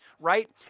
right